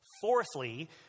Fourthly